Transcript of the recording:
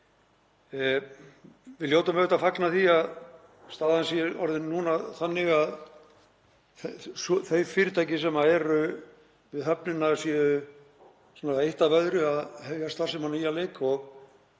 Við hljótum auðvitað að fagna því að staðan sé orðin núna þannig að þau fyrirtæki sem eru við höfnin séu eitt af öðru að hefja starfsemi á nýjan leik.